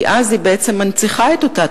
כי אז היא בעצם מנציחה את אותה תופעה,